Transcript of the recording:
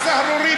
הסהרורי,